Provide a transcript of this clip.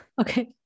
Okay